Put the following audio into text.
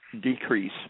decrease